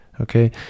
okay